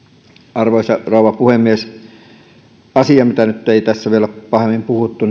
arvoisa rouva puhemies jäin miettimään asiaa mistä nyt ei tässä ole vielä pahemmin puhuttu